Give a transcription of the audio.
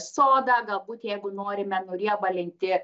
soda galbūt jeigu norime nuriebalinti